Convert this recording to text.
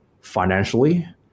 financially